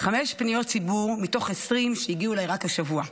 חמש פניות ציבור מתוך 20 שהגיעו אליי רק השבוע: